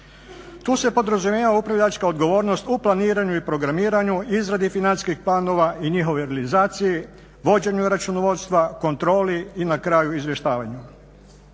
Tu se podrazumijeva upravljačka odgovornost u planiranju i programiranju, izradi financijskih planova i njihove realizacije, vođenju računovodstva, kontroli i na kraju izvještavanju.